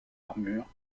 armure